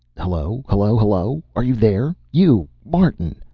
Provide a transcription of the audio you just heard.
hello, hello, hello! are you there? you, martin!